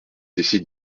décide